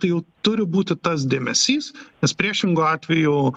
tai jau turi būti tas dėmesys nes priešingu atveju